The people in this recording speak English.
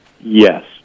yes